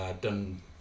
done